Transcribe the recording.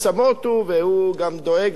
והוא גם דואג להזכיר את זה,